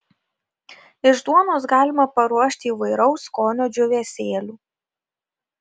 iš duonos galima paruošti įvairaus skonio džiūvėsėlių